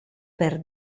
per